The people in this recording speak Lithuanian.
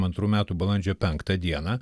antrų metų balandžio penktą dieną